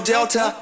Delta